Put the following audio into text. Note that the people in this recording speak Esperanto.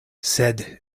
sed